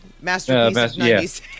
Masterpiece